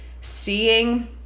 seeing